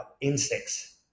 insects